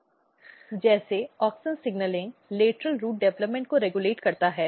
slide समय देखें 1741 जैसे ऑक्सिन सिग्नलिंग लेटरल रूट विकास को रेगुलेट करता है